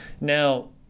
Now